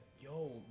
yo